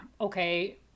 okay